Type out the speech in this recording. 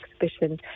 exhibition